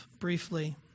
briefly